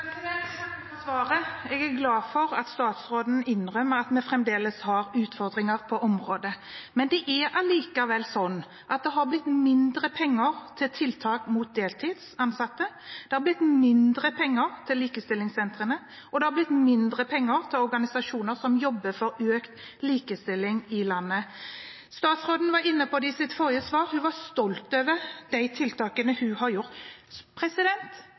for svaret. Jeg er glad for at statsråden innrømmer at vi fremdeles har utfordringer på området. Det er allikevel slik at det er blitt mindre penger til tiltak mot deltidsansettelse, det er blitt mindre penger til likestillingssentrene, og det er blitt mindre penger til organisasjoner som jobber for økt likestilling i landet. Statsråden var i sitt forrige svar inne på at hun var stolt over tiltakene hun hadde satt i verk. Jeg har